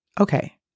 Okay